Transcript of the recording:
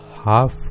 Half